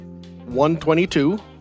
122